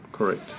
Correct